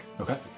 Okay